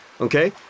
okay